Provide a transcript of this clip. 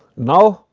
now,